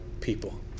people